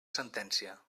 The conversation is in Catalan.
sentència